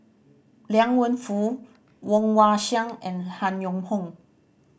Liang Wenfu Woon Wah Siang and Han Yong Hong